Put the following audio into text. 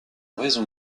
raison